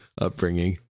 upbringing